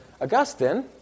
Augustine